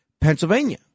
Pennsylvania